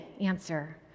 answer